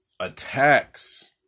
attacks